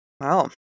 Wow